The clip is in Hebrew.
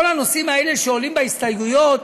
וכל הנושאים האלה, שעולים בהסתייגויות,